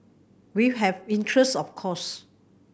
we've have interest of course